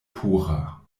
pura